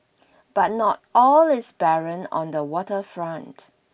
But not all is barren on the water front